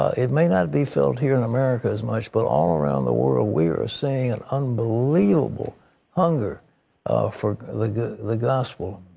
it may not be felt here in america as much, but all around the world we are seeing an unbelievable hunger for like ah the gospel.